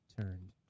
turned